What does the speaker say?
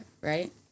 right